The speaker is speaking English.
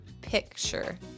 Picture